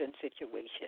situation